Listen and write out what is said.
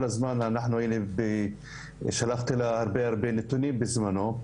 אני שלחתי לה הרבה נתונים בזמנו.